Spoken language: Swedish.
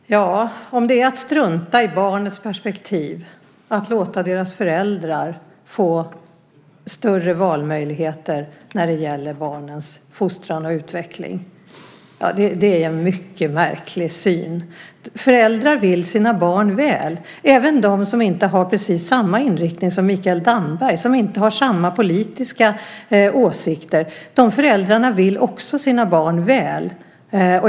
Fru talman! Det är en mycket märklig syn att säga att det är att strunta i barnets perspektiv att låta deras föräldrar få större valmöjligheter när det gäller barnens fostran och utveckling. Föräldrar vill sina barn väl, även de som inte har precis samma inriktning som Mikael Damberg, som inte har samma politiska åsikter. De föräldrarna vill också sina barn väl.